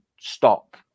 stop